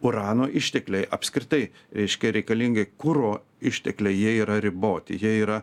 urano ištekliai apskritai reiškia reikalingi kuro ištekliai jie yra riboti jie yra